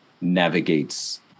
navigates